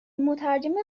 مترجمت